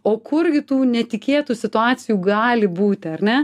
o kurgi tų netikėtų situacijų gali būti ar ne